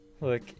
Look